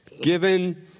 given